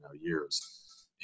years